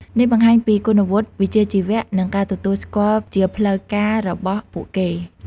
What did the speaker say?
នេះបង្ហាញពី គុណវុឌ្ឍិ វិជ្ជាជីវៈ និងការទទួលស្គាល់ជាផ្លូវការរបស់ពួកគេ។